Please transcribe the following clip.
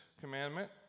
commandment